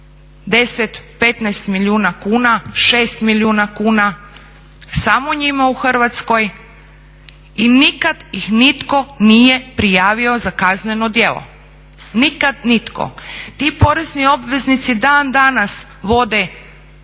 10, 15 milijuna kuna, 6 milijuna kuna samo njima u Hrvatskoj i nikad ih nitko nije prijavio za kazneno djelo, nikad nitko. Ti porezni obveznici dan danas vode